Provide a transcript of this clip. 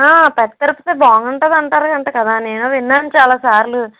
పెద్ద తిరుపతి బాగుంటుంది అంటారంట కదా నేను విన్నాను చాలా సార్లు